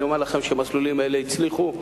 אני אומר לכם שהמסלולים האלה הצליחו,